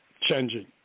changing